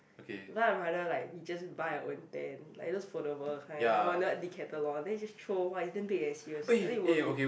ra~ I rather like we just buy our own tent like those foldable kind you know Decathlon then you just throw !wah! it's damn big eh serious I think is worth it